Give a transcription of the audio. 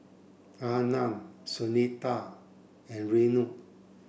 Anand Sunita and Renu